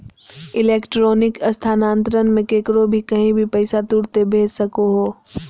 electronic स्थानान्तरण मे केकरो भी कही भी पैसा तुरते भेज सको हो